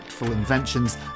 inventions